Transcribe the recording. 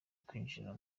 kwinjira